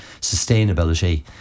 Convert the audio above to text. sustainability